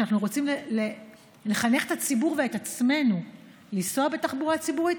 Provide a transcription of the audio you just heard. כשאנחנו רוצים לחנך את הציבור ואת עצמנו לנסוע בתחבורה ציבורית,